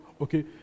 okay